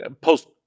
post